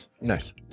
Nice